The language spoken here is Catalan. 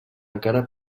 encara